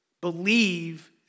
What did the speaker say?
believe